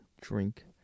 drink